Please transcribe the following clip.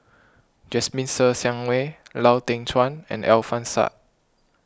Jasmine Ser Xiang Wei Lau Teng Chuan and Alfian Sa'At